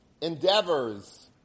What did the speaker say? endeavors